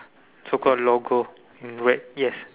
so called logo in red yes